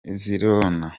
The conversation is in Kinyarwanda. zirona